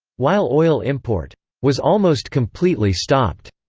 while oil import was almost completely stopped.